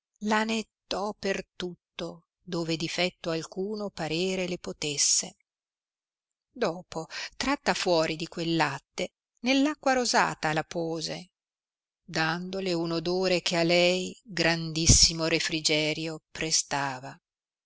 la nettò per tutto dove difetto alcuno parere le potesse dopo tratta fuori di quel latte nell acqua rosata la pose dandole un odore che a lei grandissimo refrigerio prestava